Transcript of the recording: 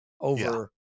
over